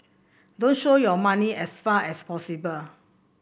don't show your money as far as possible